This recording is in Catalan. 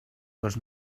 dos